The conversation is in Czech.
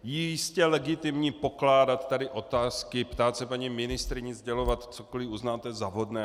Je jistě legitimní pokládat tady otázky, ptát se paní ministryně, sdělovat, cokoliv uznáte za vhodné.